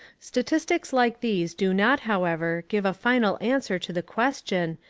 statistics like these do not, however, give a final answer to the question,